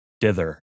dither